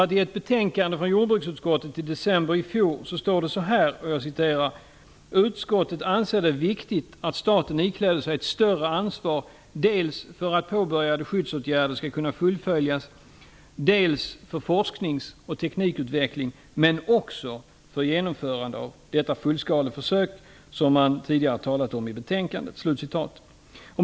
I ett betänkande från jordbruksutskottet i december i fjor står det så här: Utskottet anser det viktigt att staten ikläder sig ett större ansvar dels för att påbörjade skyddsåtgärder skall kunna fullföljas, dels för forsknings och teknikutveckling men också för genomförande av det fullskaleförsök som man tidigare talat om i betänkandet.